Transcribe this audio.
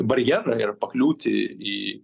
barjerą ir pakliūti į